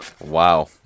Wow